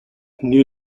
new